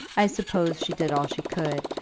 i suppose she did all she could,